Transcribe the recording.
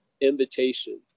invitation